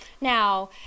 Now